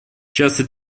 часто